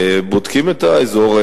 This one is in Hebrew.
בודק את האזור.